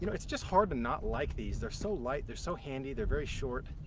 you know it's just hard to not like these. they're so light, they're so handy, they're very short.